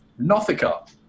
Nothica